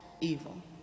evil